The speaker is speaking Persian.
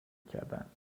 کردند